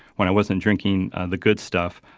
when i wasn't drinking the good stuff,